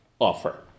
offer